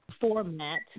format